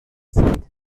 sind